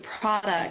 product